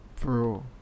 Bro